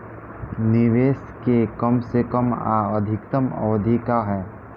निवेश के कम से कम आ अधिकतम अवधि का है?